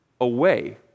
away